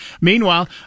Meanwhile